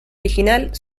original